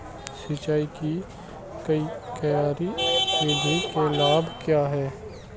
सिंचाई की क्यारी विधि के लाभ क्या हैं?